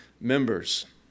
members